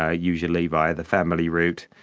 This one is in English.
ah usually via the family route,